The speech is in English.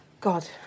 God